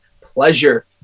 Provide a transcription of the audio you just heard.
pleasure